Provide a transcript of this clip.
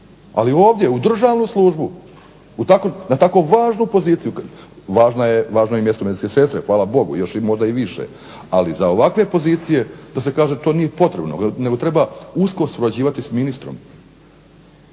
Ali ovdje u državnu službu, na tako važnu poziciju, važno je i mjesto medicinske sestre hvala Bogu još možda i više. Ali za ovakve pozicije to se kaže to nije potrebno, nego treba usko surađivati sa ministrom.